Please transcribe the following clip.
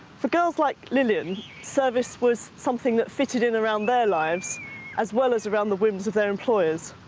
for girls like lillian, service was something that fitted in around their lives as well as around the whims of their employers.